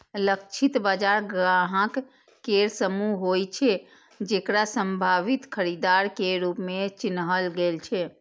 लक्षित बाजार ग्राहक केर समूह होइ छै, जेकरा संभावित खरीदार के रूप मे चिन्हल गेल छै